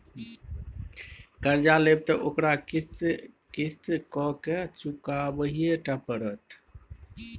कर्जा लेब त ओकरा किस्त किस्त कए केँ चुकबहिये टा पड़त